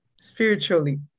spiritually